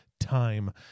time